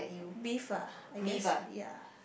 beef ah I guess ya